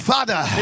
Father